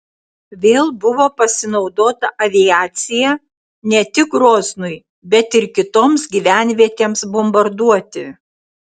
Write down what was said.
vėl buvo pasinaudota aviacija ne tik groznui bet ir kitoms gyvenvietėms bombarduoti